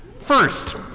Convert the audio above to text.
First